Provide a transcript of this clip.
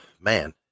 Man